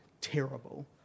terrible